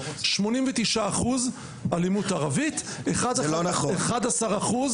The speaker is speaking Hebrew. שמונים ותשעה אחוז אלימות ערבית, אחד עשר אחוז